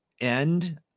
end